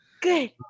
Good